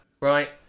right